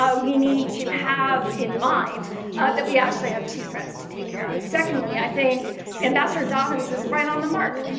um we need to have in mind that we actually have two threats to take care of. secondly, i think ambassador dobbins is right on the mark,